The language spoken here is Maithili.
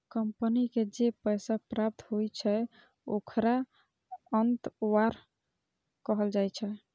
कंपनी के जे पैसा प्राप्त होइ छै, ओखरा अंतर्वाह कहल जाइ छै